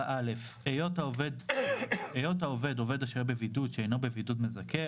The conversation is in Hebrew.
"(4א)היות העובד עובד השוהה בבידוד שאינו בבידוד מזכה,